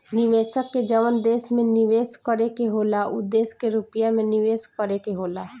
निवेशक के जवन देश में निवेस करे के होला उ देश के रुपिया मे निवेस करे के होला